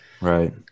Right